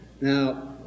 Now